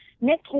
Nick